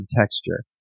texture